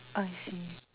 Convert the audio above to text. I see